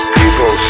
people